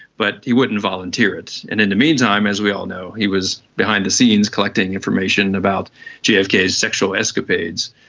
but he wouldn't volunteer it. and in the meantime, as we all know, he was behind the scenes collecting information about jfk's sexual escapades,